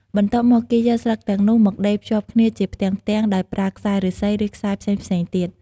បន្ទាប់មក គេយកស្លឹកទាំងនោះមកដេរភ្ជាប់គ្នាជាផ្ទាំងៗដោយប្រើខ្សែឫស្សី ឬខ្សែផ្សេងៗទៀត។